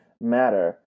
matter